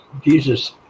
Jesus